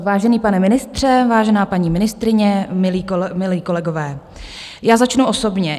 Vážený pane ministře, vážená paní ministryně, milí kolegové, já začnu osobně.